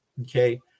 Okay